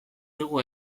digu